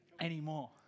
anymore